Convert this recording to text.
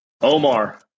Omar